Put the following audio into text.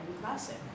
classic